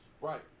Right